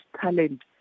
talent